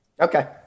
Okay